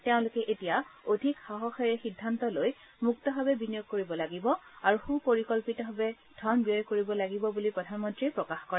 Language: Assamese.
তেওঁলোকে এতিয়া অধিক সাহসেৰে সিদ্ধান্ত লৈ মুক্তভাৱে বিনিয়োগ কৰিব লাগে আৰু সুপৰিকল্পিতভাৱে ধন ব্যয় কৰিব লাগে বুলি প্ৰধানমন্ত্ৰীয়ে প্ৰকাশ কৰে